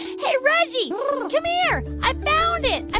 hey, reggie come here. i found it. i